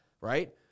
right